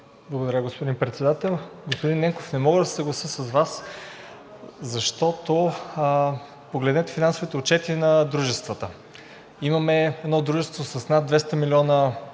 Благодаря, господин Председател. Господин Ненков, не мога да се съглася с Вас, защото погледнете финансовите отчети на дружествата – имаме едно дружество с над 200 милиона